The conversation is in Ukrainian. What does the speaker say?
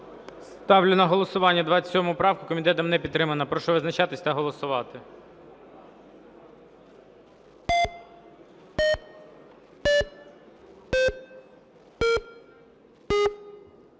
Ставлю на голосування 27 правку. Комітетом не підтримана. Прошу визначатися та голосувати.